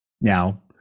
Now